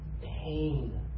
pain